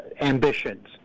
ambitions